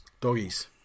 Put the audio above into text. Doggies